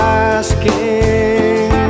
asking